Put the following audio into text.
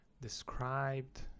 described